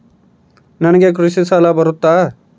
ನನಗೆ ಕೃಷಿ ಸಾಲ ಬರುತ್ತಾ?